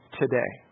today